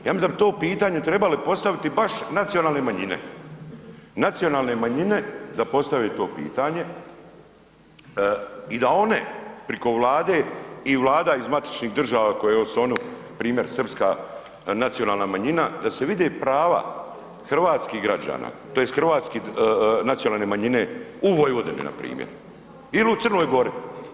Ja mislim da bi to pitanje trebali postaviti baš nacionalne manjine, nacionalne manjine da postave to pitanje i da one preko Vlade i vlada iz matičnih država koje su oni primjer, srpska nacionalna manjina, da se vide prava hrvatskih građana tj. hrvatske nacionalne manjine u Vojvodini npr. ili u Crnoj Gori.